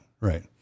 Right